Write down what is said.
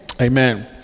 amen